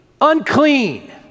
Unclean